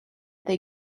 their